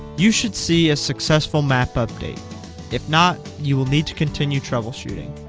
you should see a successful map update if not, you will need to continue troubleshooting